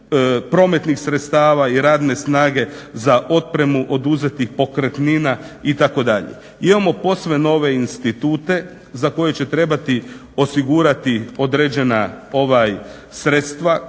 prometnih sredstava i radne snage za otpremu oduzetih pokretnina itd. Imamo posve nove institute za koje će trebati osigurati određena sredstva